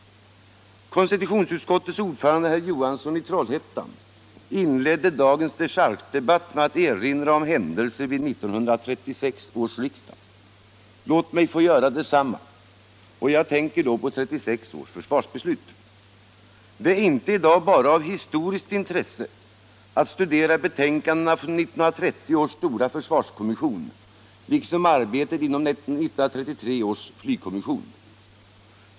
Konstitutionsutskottets ordförande, herr Johansson i Trollhättan, inledde dagens dechargedebatt med att erinra om händelser vid 1936 års riksdag. Låt mig få göra detsamma! Jag tänker då på 1936 års försvarsbeslut. Det är inte bara av historiskt intresse att studera betänkandena från 1930 års stora försvarskommission liksom arbetet inom 1933 års flygkommission.